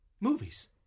Movies